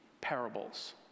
parables